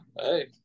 hey